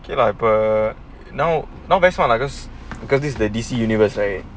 okay lah per now not very smart lah just because this the lady see universe right